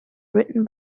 written